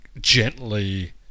gently